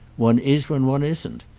one is when one isn't.